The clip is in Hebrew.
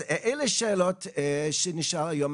אז אלה שאלות שנשאל היום.